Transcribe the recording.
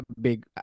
big